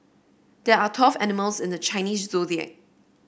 there are twelve animals in the Chinese Zodiac